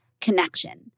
connection